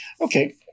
Okay